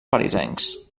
parisencs